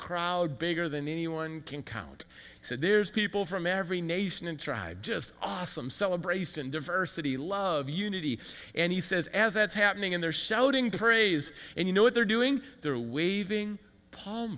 crowd bigger than anyone can count he said there's people from every nation and tribe just awesome celebration diversity love unity and he says as it's happening and they're shouting praise and you know what they're doing they're waving palm